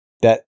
that-